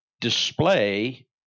display